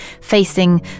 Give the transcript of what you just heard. facing